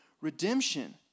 redemption